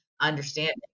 understanding